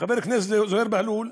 חבר הכנסת זוהיר בהלול,